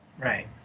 right